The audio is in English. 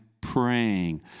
praying